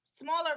smaller